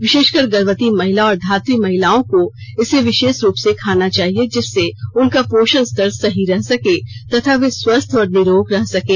विशेषकर गर्भवती महिला और धात्री महिलाओं को इसे विशेष रूप से खाना चाहिए जिससे उनका पोषण स्तर सही रह सके तथा वे स्वस्थ और निरोग रह सकें